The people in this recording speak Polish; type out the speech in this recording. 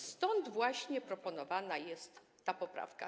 Stąd właśnie proponowana jest ta poprawka.